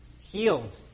healed